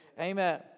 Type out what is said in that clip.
Amen